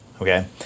okay